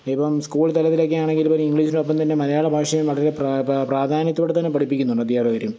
ഇപ്പം സ്കൂൾ തലത്തിലൊക്കെ ആണെങ്കിൽ പോലും ഇംഗ്ലീഷിനൊപ്പം തന്നെ മലയാള ഭാഷയും വളരെ പ്രാധാന്യത്തോടെ തന്നെ പഠിപ്പിക്കുന്നുണ്ട് അധ്യാപകർ